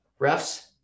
Refs